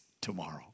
tomorrow